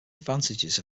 advantages